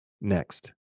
Next